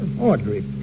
Audrey